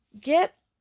Get